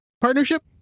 partnership